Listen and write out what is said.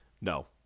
no